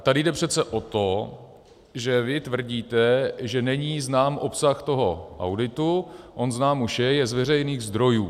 Tady jde přece o to, že vy tvrdíte, že není znám obsah toho auditu, a on znám už je, je z veřejných zdrojů.